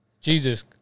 Jesus